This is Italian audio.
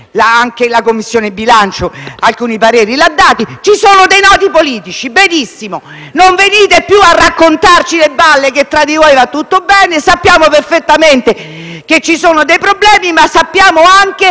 anche la Commissione bilancio ne ha espressi alcuni. Ci sono nodi politici, benissimo: non venite più a raccontarci le balle che tra di voi va tutto bene, sappiamo perfettamente che ci sono problemi. Ma vogliamo anche